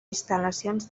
instal·lacions